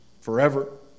forever